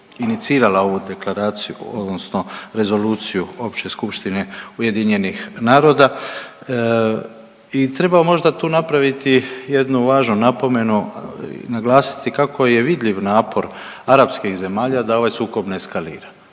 inicirala ovu deklaraciju odnosno Rezoluciju Opće skupštine UN-a i treba možda tu napraviti jednu važnu napomenu i naglasiti kako je vidljiv napor arapskih zemalja da ovaj sukob ne eskalira